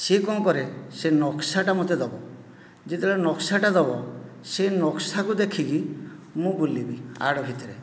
ସେ କ'ଣ କରେ ସେ ନକ୍ସାଟା ମୋତେ ଦେବ ଯେତେବେଳେ ନକ୍ସାଟା ଦେବ ସେ ନକ୍ସାକୁ ଦେଖିକି ମୁଁ ବୁଲିବି ୟାର୍ଡ଼ ଭିତରେ